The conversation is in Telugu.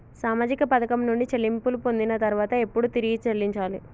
సామాజిక పథకం నుండి చెల్లింపులు పొందిన తర్వాత ఎప్పుడు తిరిగి చెల్లించాలి?